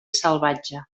salvatge